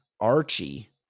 Archie